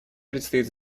предстоит